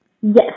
Yes